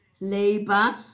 labor